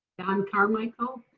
don carmichael.